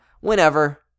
whenever